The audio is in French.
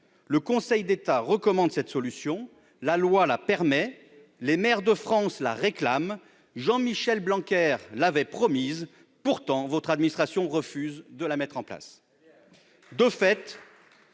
Le Conseil d'État recommande cette solution, la loi la permet, les maires de France la réclament, Jean-Michel Blanquer l'avait promise ! Pourtant, votre administration refuse de la mettre en place